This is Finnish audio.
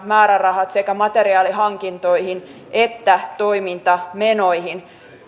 määrärahat sekä materiaalihankintoihin että toimintamenoihin